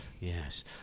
Yes